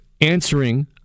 answering